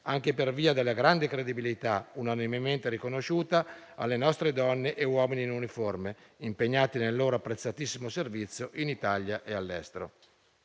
anche per via della grande credibilità, unanimemente riconosciuta, alle nostre donne e ai nostri uomini in uniforme impegnati nel loro apprezzatissimo servizio in Italia e all'estero.